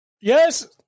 Yes